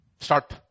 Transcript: start